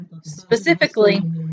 specifically